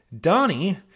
Donnie